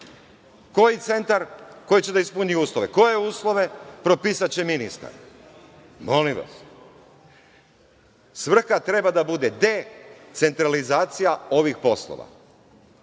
Koji centar? Koji će da ispuni uslove. Koje uslove? Propisaće ministar. Svrha treba da bude decentralizacija ovih poslova.